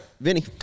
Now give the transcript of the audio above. Vinny